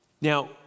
Now